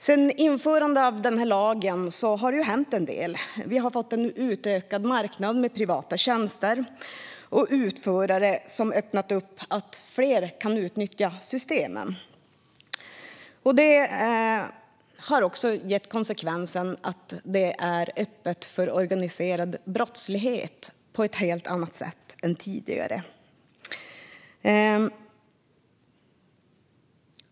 Sedan införandet av lagen har det hänt en del. Vi har fått en utökad marknad med privata tjänster och utförare som öppnat för att fler kan utnyttja systemen. Det har fått konsekvensen att det är öppet för organiserad brottslighet på ett helt annat sätt än tidigare.